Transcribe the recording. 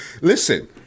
Listen